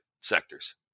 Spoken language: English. sectors